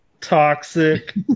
Toxic